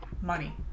money